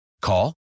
Call